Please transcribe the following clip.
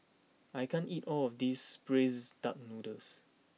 I can't eat all of this Braised Duck Noodles